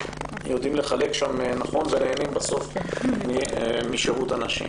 שיודעים לחלק שם נכון ונהנים בסוף משירות הנשים.